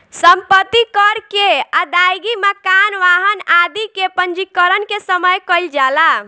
सम्पत्ति कर के अदायगी मकान, वाहन आदि के पंजीकरण के समय कईल जाला